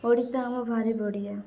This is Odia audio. ଓଡ଼ିଶା ଆମ ଭାରି ବଡ଼ିିଆ